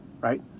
right